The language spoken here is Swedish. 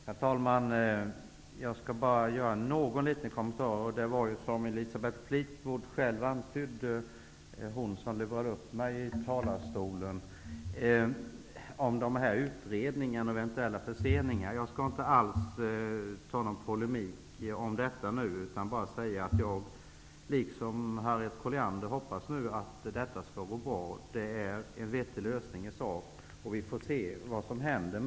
Herr talman! Jag skall bara göra någon liten kommentar om de olika kulturutredningarna och eventuella förseningar. Det var ju som Elisabeth Fleetwood själv antydde hon som lurade upp mig i talarstolen. Jag skall inte ingå i polemik med någon om detta. Jag vill bara säga att jag liksom Harriet Colliander hoppas att utredandet skall gå bra. Det är i sak en vettig lösning, och vi får se vad som händer.